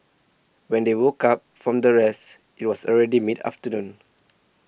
when they woke up from their rest it was already mid afternoon